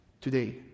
today